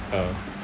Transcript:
ah